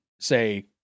say